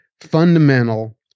fundamental